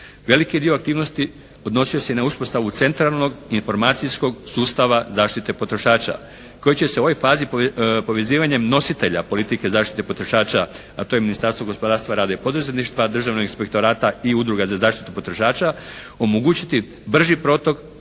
Veliki dio aktivnosti odnosi se i na uspostavu centralnog informacijskog sustava zaštite potrošača koji će se u ovoj fazi povezivanjem nositelja politike zaštite potrošača a to je Ministarstvo gospodarstva, rada i poduzetništva, Državnog inspektorata i Udruga za zaštitu potrošača omogućiti brži protok